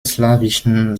slawischen